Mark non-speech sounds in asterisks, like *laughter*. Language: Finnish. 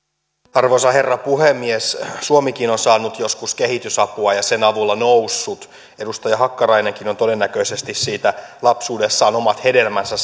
arvoisa herra puhemies suomikin on saanut joskus kehitysapua ja sen avulla noussut edustaja hakkarainenkin on todennäköisesti siitä lapsuudessaan omat hedelmänsä *unintelligible*